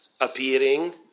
appearing